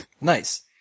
Nice